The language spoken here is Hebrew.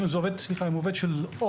אם הוא עובד של אורט,